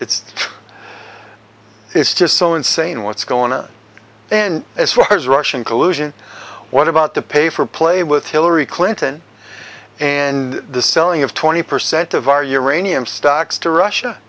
it's it's just so insane what's going on and as far as russian collusion what about the pay for play with hillary clinton and the selling of twenty percent of our uranium stocks to russia